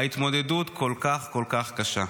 ההתמודדות כל כך קשה.